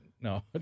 No